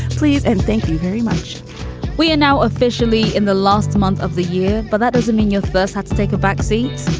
please. and thank you very much we are now officially in the last month of the year. but that doesn't mean your first. let's take a backseat.